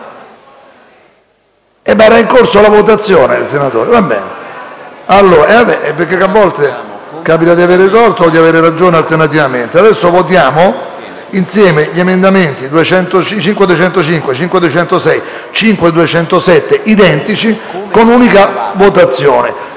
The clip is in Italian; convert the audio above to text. era in corso la votazione, senatore.